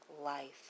life